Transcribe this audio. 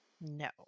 No